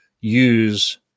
use